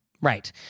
Right